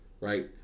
right